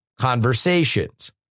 conversations